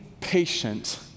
patient